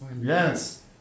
Yes